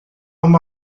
uma